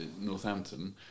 Northampton